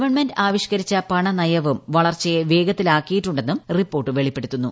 government ആവിഷ്ക്കരിച്ച പണനയവും വളർച്ചയെ വേഗത്തിലാക്കിയിട്ടുണ്ടെന്നും റിപ്പോർട്ട് വെളിപ്പെടുത്തുന്നു